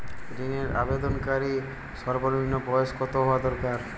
ঋণের আবেদনকারী সর্বনিন্ম বয়স কতো হওয়া দরকার?